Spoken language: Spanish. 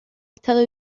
estado